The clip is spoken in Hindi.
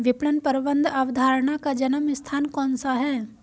विपणन प्रबंध अवधारणा का जन्म स्थान कौन सा है?